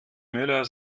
müller